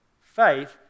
Faith